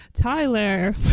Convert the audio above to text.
Tyler